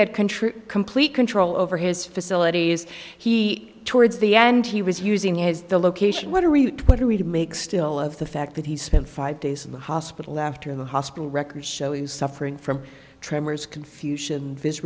had control complete control over his facilities he towards the end he was using is the location what are we what are we to make still of the fact that he spent five days in the hospital after the hospital records show he was suffering from tremors confucian vi